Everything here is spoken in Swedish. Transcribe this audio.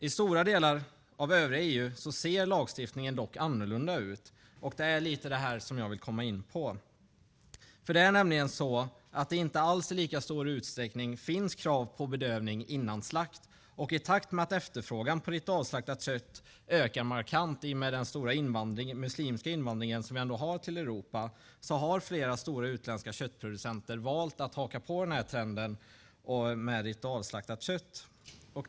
I stora delar av övriga EU ser lagstiftningen dock annorlunda ut, och det är lite det som jag vill komma in på. Det är nämligen så att det inte alls i så stor utsträckning finns krav på bedövning innan slakt. I takt med att efterfrågan på ritualslaktat kött ökar markant, i och med den stora muslimska invandringen till Europa, har flera stora utländska köttproducenter valt att haka på trenden med ritualslaktat kött.